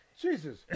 Jesus